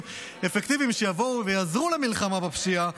אפקטיביים שיבואו ויעזרו במלחמה בפשיעה,